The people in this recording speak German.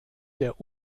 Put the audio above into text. der